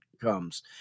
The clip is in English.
comes